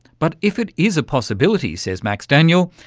but if it is a possibility, says max daniel,